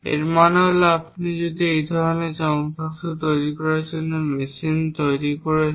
এর মানে হল যে আপনি যখন এই ধরনের যন্ত্রাংশ তৈরি করার জন্য মেশিনিং করছেন